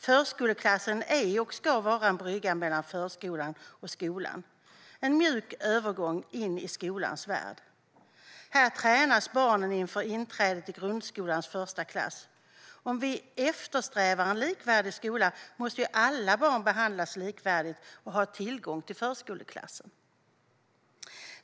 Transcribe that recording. Förskoleklassen är och ska vara en brygga mellan förskolan och skolan: en mjuk övergång in i skolans värld. Här tränas barnen inför inträdet i grundskolans första klass. Om vi eftersträvar en likvärdig skola måste alla barn behandlas likvärdigt och ha tillgång till förskoleklassen.